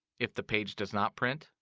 if the page does not print,